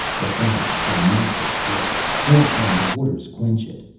the fires cannot destroy it, nor can the waters quench it.